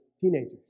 Teenagers